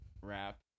wrap